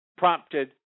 prompted